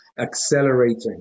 accelerating